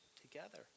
together